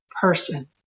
person